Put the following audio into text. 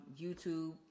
YouTube